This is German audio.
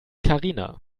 karina